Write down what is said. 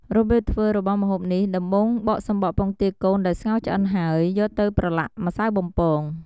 របៀបធ្វើរបស់ម្ហូបនេះ ដំបូងបកសំបកពងទាកូនដែលស្ងោរឆ្អិនហើយ យកទៅប្រឡាក់ម្សៅបំពង។